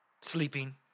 sleeping